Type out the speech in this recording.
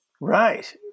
Right